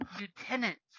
lieutenants